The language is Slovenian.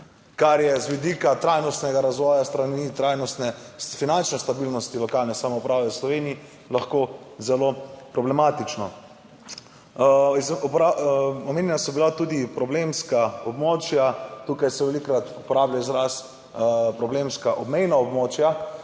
kar je z vidika trajnostnega razvoja s strani trajnostne finančne stabilnosti lokalne samouprave v Sloveniji lahko zelo problematično. Omenjena so bila tudi problemska območja. Tukaj se velikokrat uporablja izraz problemska obmejna območja,